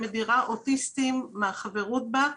שמדירה אוטיסטים מהחברות בה,